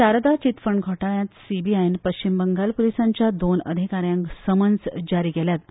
Sharda chit fund घोटाळ्यांत सीबीआयन अस्तंत बंगाल पुलिसांच्या दोन अधिकाऱ्यांक समन्स जारी केल्यात